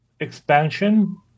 expansion